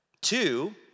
two